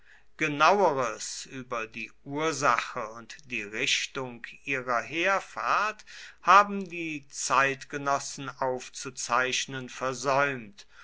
genaueres über die ursache und die richtung ihrer heerfahrt haben die zeitgenossen aufzuzeichnen versäumt